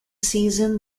season